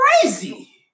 crazy